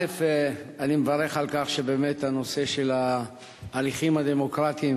אני מברך על כך שבאמת הנושא של ההליכים הדמוקרטיים